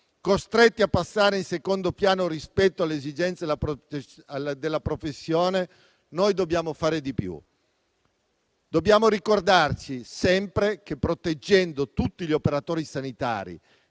costretti a passare in secondo piano rispetto alle esigenze della professione, noi dobbiamo fare di più: dobbiamo ricordarci sempre che proteggendo tutti gli operatori sanitari